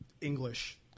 English